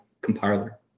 compiler